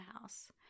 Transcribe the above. house